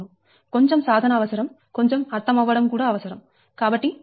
కొంచెం సాధన అవసరం కొంచెం అర్థం అవ్వడం కూడా అవసరం